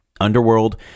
Underworld